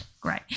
great